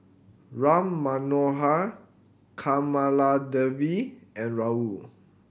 Ram Manohar Kamaladevi and Rahul